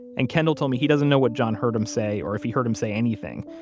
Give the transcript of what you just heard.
and kendall told me he doesn't know what john heard him say, or if he heard him say anything,